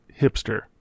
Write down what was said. hipster